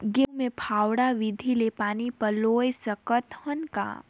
गहूं मे फव्वारा विधि ले पानी पलोय सकत हन का?